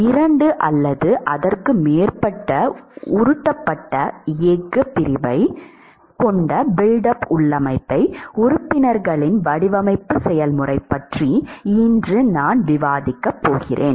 இரண்டு அல்லது அதற்கு மேற்பட்ட உருட்டப்பட்ட எஃகுப் பிரிவைக் கொண்ட பில்ட் அப் உள்ளமைப்பு உறுப்பினர்களின் வடிவமைப்பு செயல்முறை பற்றி இன்று நான் விவாதிக்கப் போகிறேன்